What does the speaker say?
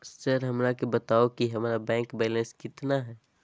Sir हमरा के बताओ कि हमारे बैंक बैलेंस कितना है?